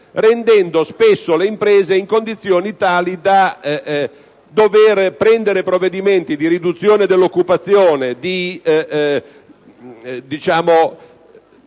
mettendo spesso le imprese in condizioni tali da dover assumere provvedimenti di riduzione dell'occupazione e fare